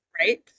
right